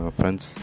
friends